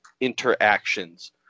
interactions